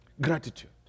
Gratitude